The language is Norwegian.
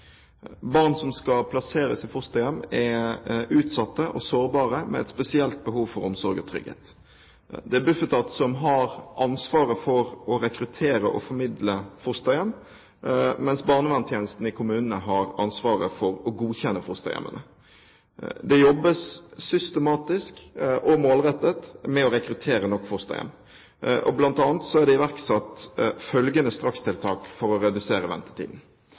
Barn som skal plasseres i fosterhjem, er utsatte og sårbare, med et spesielt behov for omsorg og trygghet. Det er Bufetat som har ansvaret for å rekruttere og formidle fosterhjem, mens barnevernstjenesten i kommunene har ansvaret for å godkjenne fosterhjemmene. Det jobbes systematisk og målrettet med å rekruttere nok fosterhjem. Blant annet er det iverksatt følgende strakstiltak for å redusere ventetiden: